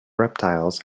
reptiles